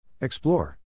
Explore